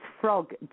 frog